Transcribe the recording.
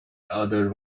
other